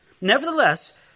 Nevertheless